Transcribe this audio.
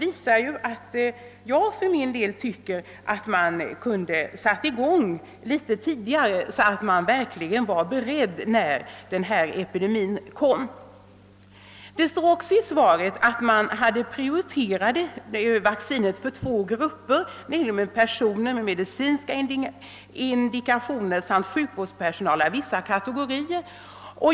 Jag tycker för min del att man kunde ha startat tillverkningen tidigare, så att man verkligen hade varit beredd när epidemin kom. Det heter vidare i socialministerns svar att vaccindoserna prioriterades för två grupper, nämligen personer med medicinska indikationer samt sjukvårdspersonal av vissa kategorier.